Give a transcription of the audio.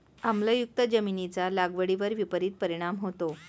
आम्लयुक्त जमिनीचा लागवडीवर विपरीत परिणाम होतो